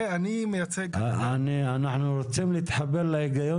אני מייצג --- אנחנו רוצים להתחבר להיגיון